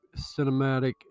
cinematic